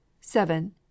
seven